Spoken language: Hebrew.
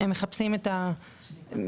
הם מחפשים את השליטה.